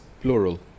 plural